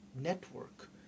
network